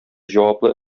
җаваплы